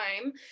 time